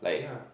yeah